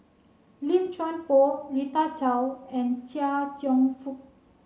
Lim Chuan Poh Rita Chao and Chia Cheong Fook